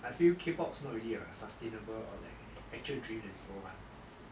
I feel K pop's not really a sustainable or like actual dream that people want